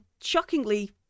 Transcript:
shockingly